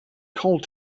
called